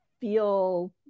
feel